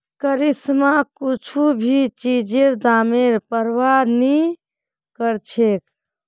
करिश्मा कुछू भी चीजेर दामेर प्रवाह नी करछेक